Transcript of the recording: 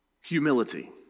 humility